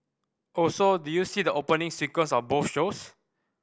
also did you see the opening sequence of both shows